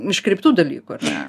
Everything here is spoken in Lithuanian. iškreiptų dalykų ar ne